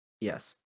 Yes